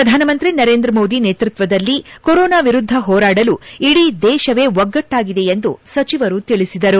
ಪ್ರಧಾನಮಂತ್ರಿ ನರೇಂದ್ರ ಮೋದಿ ನೇತ್ಬತ್ವದಲ್ಲಿ ಕೊರೊನಾ ವಿರುದ್ದ ಹೋರಾಡಲು ಇಡೀ ದೇಶವೇ ಒಗ್ಗಚ್ನಾಗಿದೆ ಎಂದು ಸಚಿವರು ತಿಳಿಸಿದರು